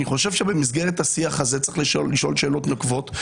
אני חושב שבמסגרת השיח הזה צריך לשאול שאלות נוקבות.